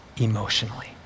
emotionally